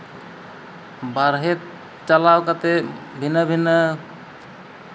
ᱵᱟᱨᱦᱮ ᱪᱟᱞᱟᱣ ᱠᱟᱛᱮᱫ ᱵᱷᱤᱱᱟᱹ ᱵᱷᱤᱱᱟᱹ